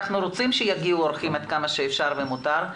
אנחנו רוצים שיגיעו אורחים עד כמה שאפשר ומותר,